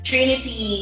Trinity